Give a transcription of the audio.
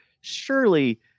surely